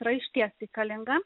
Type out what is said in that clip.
yra iš ties reikalinga